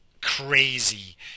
crazy